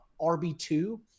RB2